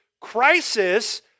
crisis